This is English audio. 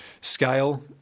scale